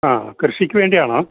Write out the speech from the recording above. ആ കൃഷിക്ക് വേണ്ടിയാണോ